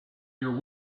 your